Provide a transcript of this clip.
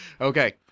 Okay